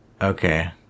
Okay